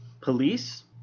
Police